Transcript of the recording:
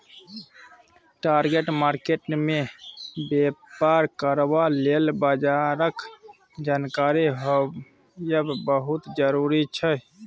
spot market मे बेपार करबा लेल बजारक जानकारी होएब बहुत जरूरी छै